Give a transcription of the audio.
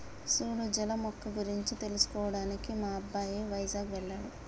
సూడు జల మొక్క గురించి తెలుసుకోవడానికి మా అబ్బాయి వైజాగ్ వెళ్ళాడు